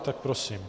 Tak prosím.